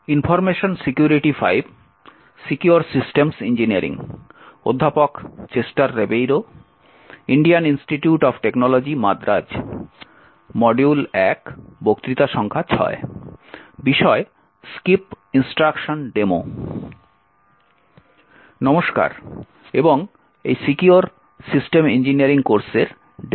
নমস্কার এবং এই সিকিউর সিস্টেম ইঞ্জিনিয়ারিং কোর্সের ডেমোনেস্ট্রেশনে আপনাদের স্বাগতম